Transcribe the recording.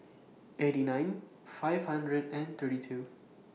eighty nine five hundred and thirty two